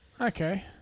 Okay